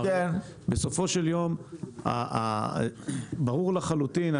בסופו של יום ברור לחלוטין,